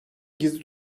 gizli